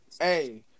Hey